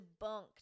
debunked